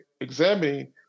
examining